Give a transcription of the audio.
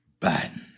Biden